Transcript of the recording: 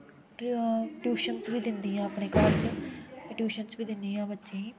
ट्यू tuitions बी दिंदी आं अपने घर च ट्यूशन्स बी दिन्नी आं बच्चें गी